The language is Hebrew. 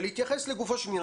ולהתייחס לגופו של עניין.